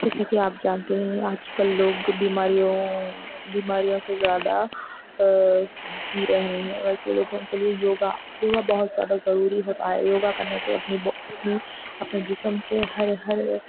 جیسا کہ آپ جانتے ہیں آج کل لوگ بیماریوں بیماریوں سے زیادہ جی رہے ہیں ویسے لوگوں کے لیے یوگا یوگا بہت زیادہ ضروری ہوتا ہے یوگا کرنے سے اپنی اپنی اپنے جسم کے ہر ہر